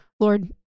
Lord